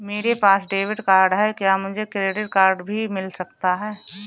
मेरे पास debit card है क्या मुझे क्रेडिट कार्ड भी मिल सकता है?